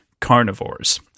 Carnivores